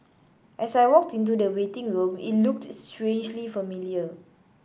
as I walked into the waiting room it looked strangely familiar